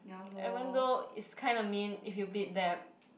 even though it's kind of mean if you beat them